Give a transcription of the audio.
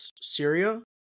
Syria